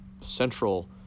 central